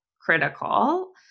critical